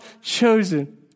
chosen